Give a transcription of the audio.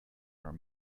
are